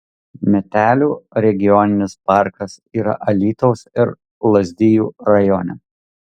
metelių regioninis parkas yra alytaus ir lazdijų rajone